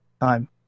time